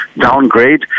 downgrade